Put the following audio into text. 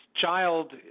child